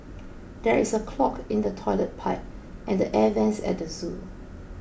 there is a clog in the Toilet Pipe and the Air Vents at the zoo